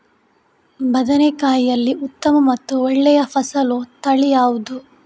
ಬದನೆಕಾಯಿಯಲ್ಲಿ ಉತ್ತಮ ಮತ್ತು ಒಳ್ಳೆಯ ಫಸಲು ತಳಿ ಯಾವ್ದು?